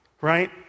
right